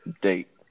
date